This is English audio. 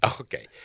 Okay